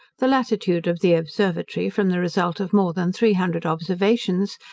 the latitude of the observatory, from the result of more than three hundred observations,